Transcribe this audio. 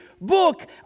book